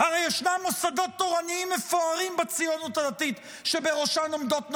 הרי ישנם מוסדות תורניים מפוארים בציונות הדתית שבראשן עומדות נשים.